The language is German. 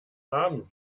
haben